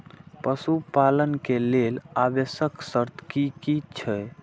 पशु पालन के लेल आवश्यक शर्त की की छै?